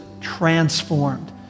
transformed